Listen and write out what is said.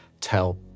tell